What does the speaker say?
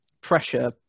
pressure